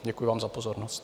Děkuji vám za pozornost.